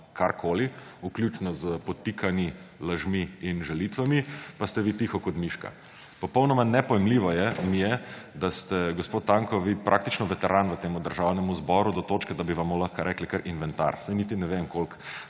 karkoli, vključno s podtikanji, lažmi in žalitvami, pa ste vi tiho kot miška. Popolnoma nepojmljivo mi je, da ste, gospod Tanko, vi praktično veteran v tem državnem zboru do točke, da bi vam lahko rekli kar inventar. Saj niti ne vem, koliko